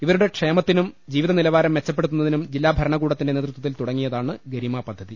ഇവരുടെ ക്ഷേമ ത്തിനും ജീവിത നിലവാരം മെച്ചപ്പെടുത്തുന്നതിനും ജില്ലാഭര ണകൂടത്തിന്റെ നേതൃത്വത്തിൽ തുടങ്ങിയതാണ് ഗരിമ പദ്ധതി